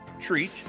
treat